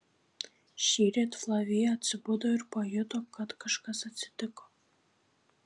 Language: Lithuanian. šįryt flavija atsibudo ir pajuto kad kažkas atsitiko